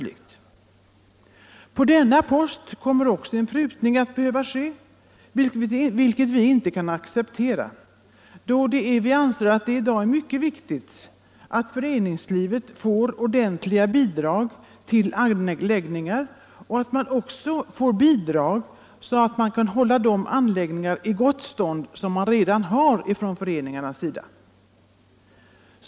Också på denna post kommer en prutning att ske, vilket vi icke kan acceptera, då det är mycket viktigt i dag, att föreningslivet får ordentliga bidrag till anläggningar och att sådana bidrag utgår att föreningarna kan hålla de anläggningar de redan har i gott skick.